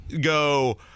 go